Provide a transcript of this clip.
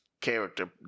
character